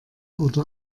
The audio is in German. oder